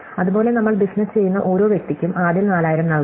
അതുപോലെ നമ്മൾ ബിസിനസ്സ് ചെയ്യുന്ന ഓരോ വ്യക്തിക്കും ആദ്യം 4000 നൽകണം